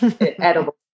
edible